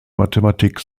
mathematik